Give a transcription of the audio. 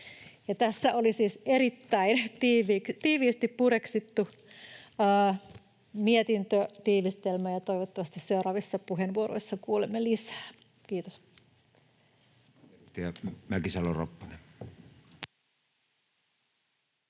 Tässä oli siis erittäin tiiviisti pureksittu mietintötiivistelmä, ja toivottavasti seuraavissa puheenvuoroissa kuulemme lisää. — Kiitos.